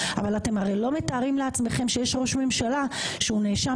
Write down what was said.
אבל אתם הרי לא מתארים לעצמכם שיש ראש ממשלה שהוא נאשם